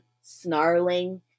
snarling